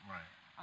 Right